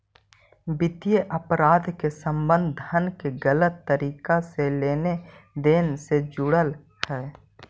वित्तीय अपराध के संबंध धन के गलत तरीका से लेन देन से जुड़ल हइ